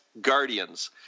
Guardians